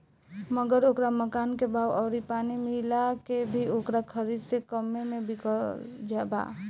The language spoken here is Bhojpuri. मगर ओकरा मकान के भाव अउरी पानी मिला के भी ओकरा खरीद से कम्मे मे बिकल बा